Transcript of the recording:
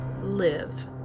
live